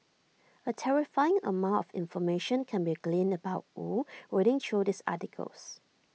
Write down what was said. A terrifying amount of information can be gleaned about wu reading through these articles